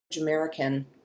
American